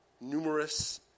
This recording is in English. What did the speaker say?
numerous